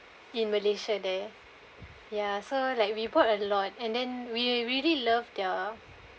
in malaysia there ya so like we bought a lot and then we really love their